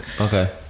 okay